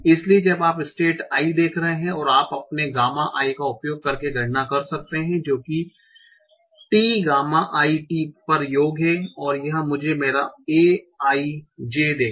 इसलिए जब आप स्टेट i देख रहे हैं और आप अपने गामा i का उपयोग करके गणना कर सकते हैं जो कि t गामा i t पर योग है और यह मुझे मेरा a i j देगा